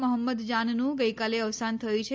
મોહમ્મદજાનનું ગઇકાલે અવસાન થયું છે